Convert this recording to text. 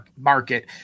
market